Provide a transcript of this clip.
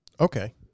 Okay